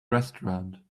restaurant